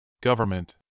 Government